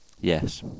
yes